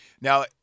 Now